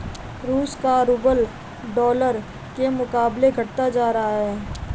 रूस का rouble dollar के मुकाबले घटता जा रहा है